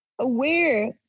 aware